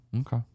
okay